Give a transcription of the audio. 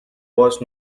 was